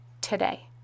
today